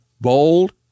bold